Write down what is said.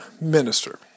Minister